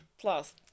plus